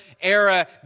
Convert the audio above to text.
era